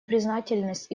признательность